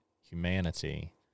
humanity